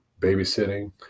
babysitting